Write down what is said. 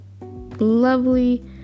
lovely